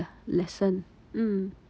lesson mm